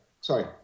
Sorry